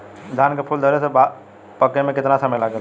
धान के फूल धरे से बाल पाके में कितना समय लागेला?